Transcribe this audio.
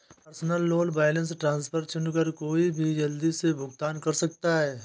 personal loan balance transfer चुनकर कोई भी जल्दी से भुगतान कर सकता है